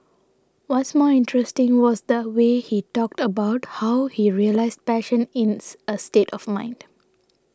what's more interesting was the way he talked about how he realised passion ins a state of mind